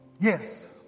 Yes